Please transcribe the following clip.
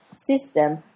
system